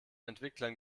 entwicklern